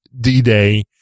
D-Day